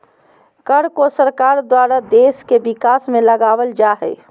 कर को सरकार द्वारा देश के विकास में लगावल जा हय